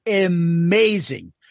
amazing